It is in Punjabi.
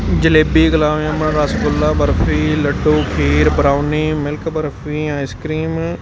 jalebi gulab jamun rasgulla barfi laddoo kheer brownie milk barfi ice cream